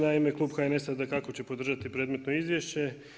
Naime klub HNS-a dakako će podržati predmetno izvješće.